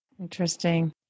Interesting